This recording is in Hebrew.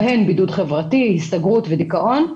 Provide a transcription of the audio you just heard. בהם בידוד חברתי, הסתגרות ודיכאון.